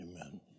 Amen